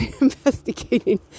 investigating